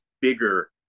bigger